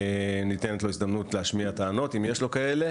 ניתנת לו הזדמנות להשמיע טענות אם יש לו כאלה